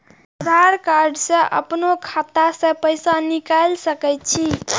आधार कार्ड से अपनो खाता से पैसा निकाल सके छी?